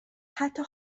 حتی